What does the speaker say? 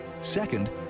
second